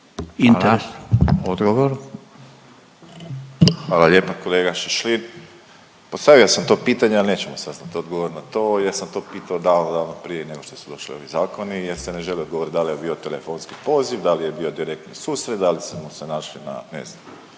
Josip (HDZ)** Hvala lijepo kolega Šašlin. Postavio sam to pitanje, ali nećemo saznati odgovor na to jer sam to pitao davno, davno prije nego što su došli ovi zakoni jer se ne želi odgovoriti da li je bio telefonski poziv, da li je bio direktni susret, da li smo se našli na, ne znam,